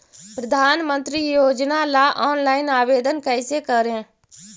प्रधानमंत्री योजना ला ऑनलाइन आवेदन कैसे करे?